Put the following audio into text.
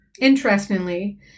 Interestingly